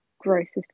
grossest